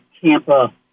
Tampa